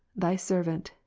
thy servant,